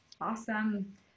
Awesome